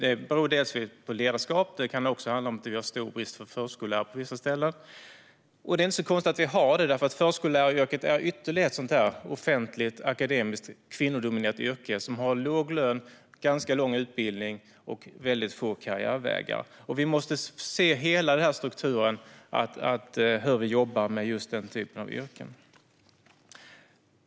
Det beror delvis på ledarskap, men det kan också handla om att vi har stor brist på förskollärare på vissa ställen. Det är inte så konstigt att vi har det, för förskolläraryrket är ytterligare ett sådant här offentligt, akademiskt, kvinnodominerat yrke med låg lön, ganska lång utbildning och väldigt få karriärvägar. Vi måste se hela strukturen när det gäller hur vi jobbar med just den typen av yrken.